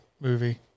movie